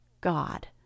God